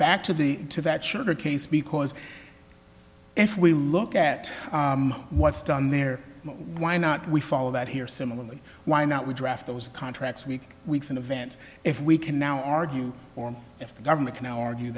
back to the to that sugar case because if we look at what's done there why not we follow that here similarly why not we draft those contracts week weeks and events if we can now argue or if the government can argue